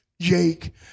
Jake